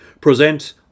present